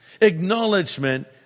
acknowledgement